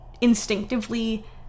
instinctively